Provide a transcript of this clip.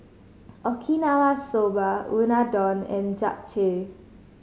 Okinawa Soba Unadon and Japchae